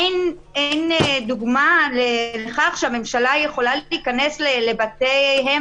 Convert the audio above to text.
אין דוגמה לכך שהממשלה יכולה להיכנס לבתיהם